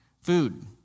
Food